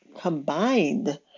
combined